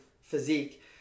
physique